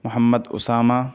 Muhammad Usama